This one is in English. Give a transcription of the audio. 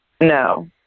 No